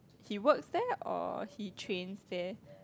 he works there or he trains there